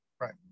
Right